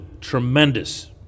tremendous